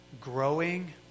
growing